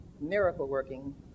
miracle-working